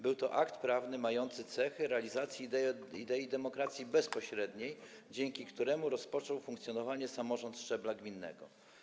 Był to akt prawny mający cechy realizacji idei demokracji bezpośredniej, dzięki któremu rozpoczął funkcjonowanie samorząd szczebla gminnego.